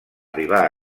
arribar